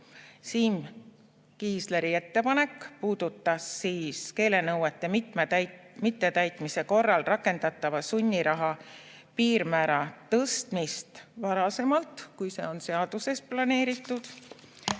Siim Kiisleri ettepanek puudutas keelenõuete mittetäitmise korral rakendatava sunniraha piirmäära tõstmist varasemalt, kui see on seaduses planeeritud.